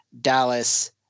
Dallas